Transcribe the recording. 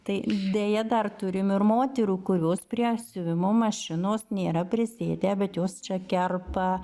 tai deja dar turim ir moterų kurios prie siuvimo mašinos nėra prisėdę bet jos čia kerpa